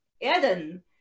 Eden